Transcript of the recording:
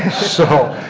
so